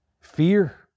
fear